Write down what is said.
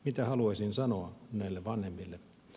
mitä haluaisin sanoa näille vanhemmille